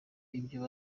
ibyo